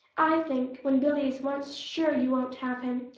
i think, when billy is once sure you won't have him,